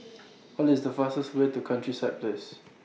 What IS The fastest Way to Countryside Place